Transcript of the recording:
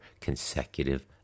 consecutive